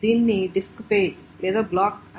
దీనిని disk page లేదా block అంటారు